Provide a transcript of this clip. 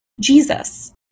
Jesus